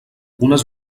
unes